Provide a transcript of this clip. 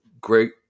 great